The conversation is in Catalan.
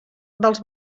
dels